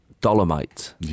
Dolomite